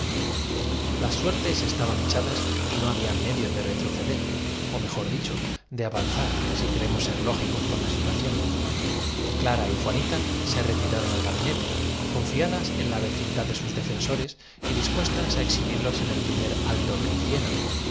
retroactivos as suertes estaban echadas y no había medio de retroceder ó mejor dicho de avanzar si queremos ser lógicos con la situación clara y juanita se retiraron al gabinete confiadas en la vecindad de sus defensores y dispuestas á exhi birlos en el primer alto que hicieran